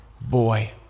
boy